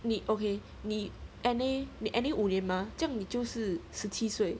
你 ok 你 N_A 你 N_A 五年吗这样你就是十七岁